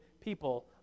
people